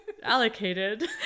allocated